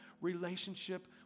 relationship